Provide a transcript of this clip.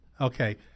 okay